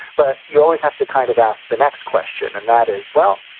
but you always have to kind of ask the next question, and that is, well,